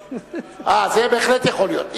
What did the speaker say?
אה, זה בהחלט יכול להיות.